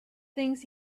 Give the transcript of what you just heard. things